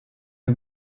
you